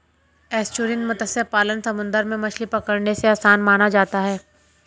estuarine मत्स्य पालन समुंदर में मछली पकड़ने से आसान माना जाता है